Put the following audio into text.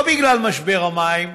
לא בגלל משבר המים,